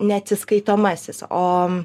neatsiskaitomasis o